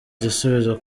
igisubizo